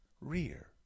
rear